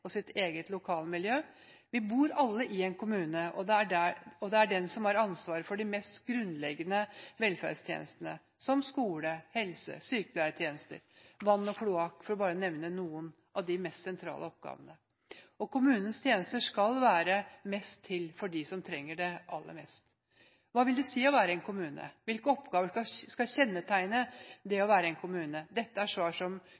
og sitt eget lokalmiljø. Vi bor alle i en kommune, og det er den som har ansvaret for de mest grunnleggende velferdstjenestene, som skole, helse- og sykepleietjenester, vann og kloakk, bare for å nevne noen av de mest sentrale oppgavene. Kommunens tjenester skal være mest til for dem som trenger det aller mest. Hva vil det si å være en kommune? Hvilke oppgaver skal kjennetegne det å være en kommune? Dette er svar